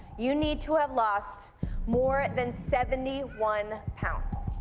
you need to have lost more than seventy one pounds.